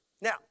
now